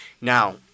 Now